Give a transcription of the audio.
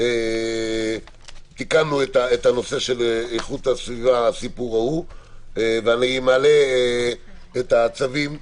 אנחנו תיקנו את הנושא של איכות הסביבה ואני מעלה את הצווים להצבעה.